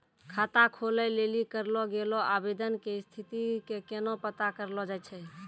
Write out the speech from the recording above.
खाता खोलै लेली करलो गेलो आवेदन के स्थिति के केना पता करलो जाय छै?